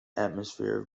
atmosphere